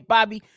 Bobby